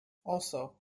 also